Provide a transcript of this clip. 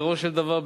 בעיקרו של דבר,